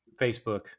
Facebook